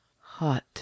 Hot